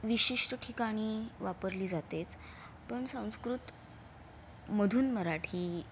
विशिष्ट ठिकाणी वापरली जातेच पण संस्कृतमधून मराठी